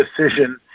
decision